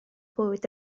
bywyd